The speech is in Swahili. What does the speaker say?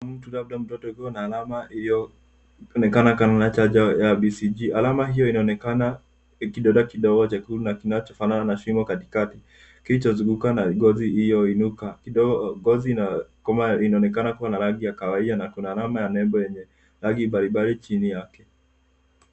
Mtu labda mtoto akiwa na alama iliyoonekana kama chanjo ya BCG,alama hiyo inaonekana ni kidonda kidogo chekundu na kinachofanana na shimo katikati, kilichozunguka na ngozi iliyo inuka kidogo. Ngozi inayokomaa inaonekana kuwa na rangi ya kahawia na kuna alama ya nembo yenye rangi mbalimbali chini yake.